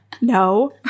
No